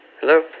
Hello